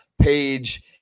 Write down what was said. page